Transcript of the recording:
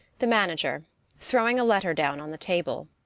the manager throwing a letter down on the table,